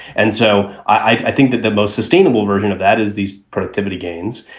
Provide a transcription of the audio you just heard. and so i think that the most sustainable version of that is these productivity gains.